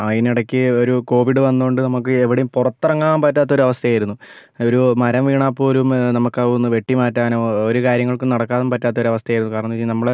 അതിനിടയ്ക്ക് ഒരു കോവിഡ് വന്നതു കൊണ്ട് നമുക്ക് എവിടെയും പുറത്തിറങ്ങാൻ പറ്റാത്ത ഒരവസ്ഥയായിരുന്നു ഒരു മരം വീണാൽ പോലും നമുക്കതൊന്നു വെട്ടി മാറ്റാനോ ഒരു കാര്യങ്ങൾക്കും നടക്കാൻ പറ്റാത്ത ഒരവസ്ഥയായിരുന്നു കാരണമെന്നു വെച്ച് കഴിഞ്ഞാൽ നമ്മൾ